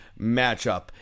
matchup